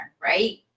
right